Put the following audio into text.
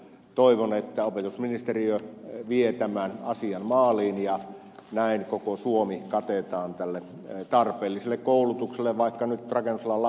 toivon että opetusministeriö vie tämän asian maaliin ja näin koko suomi katetaan tälle tarpeelliselle koulutukselle vaikka nyt rakennusalan lama onkin